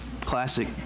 classic